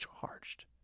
charged